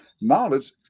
knowledge